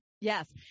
Yes